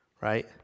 Right